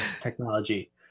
technology